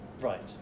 Right